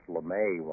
LeMay